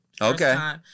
Okay